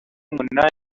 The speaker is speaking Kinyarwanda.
n’umunani